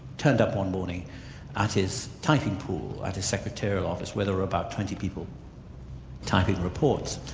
turned up one morning at his typing pool, at his secretarial office where there were about twenty people typing reports.